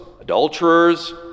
adulterers